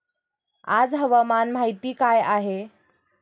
आज हवामान माहिती काय आहे?